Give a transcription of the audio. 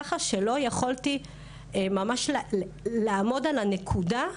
ככה שלא יכולתי ממש לעמוד על הנקודה,